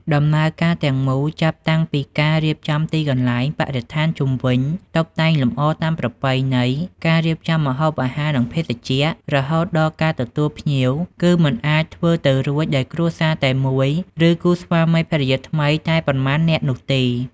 ដំណើរការទាំងមូល ចាប់តាំងពីការរៀបចំទីកន្លែង បរិស្ថានជុំវិញ តុបតែងលម្អតាមប្រពៃណី ការរៀបចំម្ហូបអាហារ និងភេសជ្ជៈ រហូតដល់ការទទួលភ្ញៀវ គឺមិនអាចធ្វើទៅរួចដោយគ្រួសារតែមួយ ឬគូស្វាមីភរិយាថ្មីតែប៉ុន្មាននាក់នោះទេ។